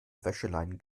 wäscheleinen